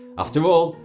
after all,